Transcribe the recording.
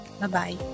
Bye-bye